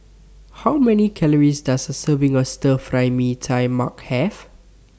How Many Calories Does A Serving of Stir Fry Mee Tai Mak Have